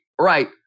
right